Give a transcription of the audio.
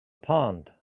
pond